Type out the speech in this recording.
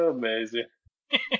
Amazing